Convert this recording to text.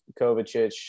Kovacic